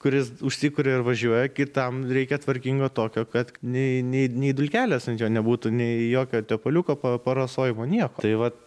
kuris užsikuria ir važiuoja kitam reikia tvarkingo tokio kad nei nei nei dulkelės ant jo nebūtų nei jokio tepaliuko pa parasojimo nieko tai vat